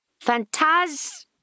Fantas